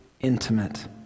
intimate